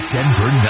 Denver